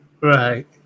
right